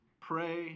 pray